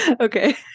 okay